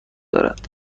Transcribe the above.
دارد